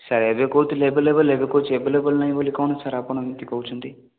sir ଏବେ କହୁଥିଲେ available ହେବେ କହୁଛି ଆଭେଲେବଲ୍ ନାଇଁ ବୋଲି କ'ଣ ସାର୍ ଆପଣ ଏମିତି କହୁଛନ୍ତି